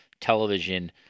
television